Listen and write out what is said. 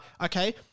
okay